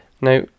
Now